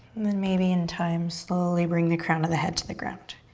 and then maybe in time slowly bring the crown of the head to the ground.